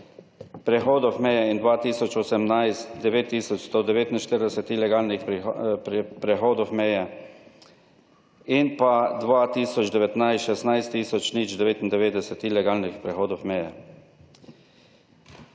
prehodov meje in 2018, 9 tisoč 149 ilegalnih prehodov meje in pa 2019, 16 tisoč 099 ilegalnih prehodov meje.